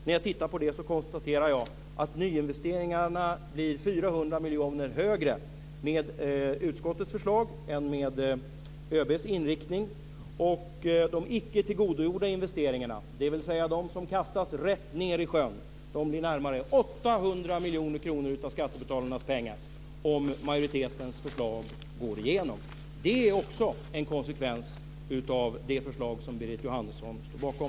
När jag tittar på det konstaterar jag att nyinvesteringarna blir 400 miljoner högre med utskottets förslag än med ÖB:s inriktning. De icke tillgodogjorda investeringarna, dvs. de som kastas rätt ned i sjön, uppgår till närmare 800 miljoner kronor av skattebetalarnas pengar om majoritetens förslag går igenom. Det är också en konsekvens av det förslag som Berit Jóhannesson står bakom.